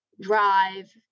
drive